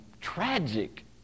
tragic